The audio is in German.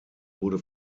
wurde